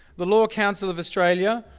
the law council of australia,